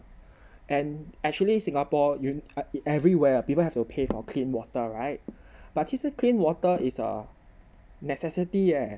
and actually singapore everywhere people have to pay for clean water right but 其实 clean water is uh necessity leh